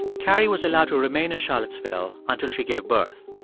carrie was allowed to remain in charlottesville until she gave birth.